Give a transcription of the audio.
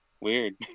Weird